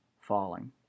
falling